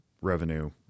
revenue